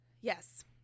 Yes